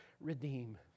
redeem